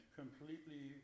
completely